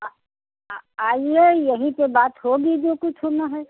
आ आ आइए यही पर बात होगी जो कुछ होना है